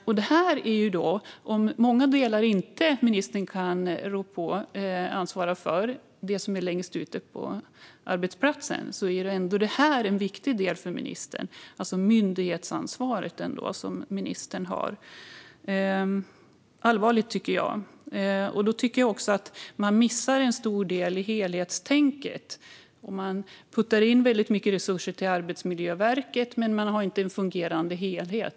Även om ministern inte kan ansvara för de delar som är ute på arbetsplatserna är detta en viktig del för ministern, alltså myndighetsansvaret, som ju ministern har. Det är allvarligt, tycker jag. Man missar också en stor del av helhetstänket. Man puttar in mycket resurser till Arbetsmiljöverket men har inte en fungerande helhet.